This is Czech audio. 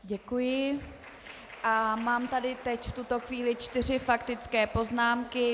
Děkuji a mám tady teď v tuto chvíli čtyři faktické poznámky.